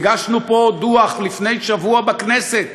הגשנו דוח לפני שבוע פה בכנסת: